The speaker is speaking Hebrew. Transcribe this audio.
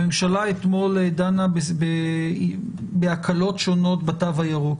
הממשלה אתמול דנה בהקלות שונות בתו הירוק.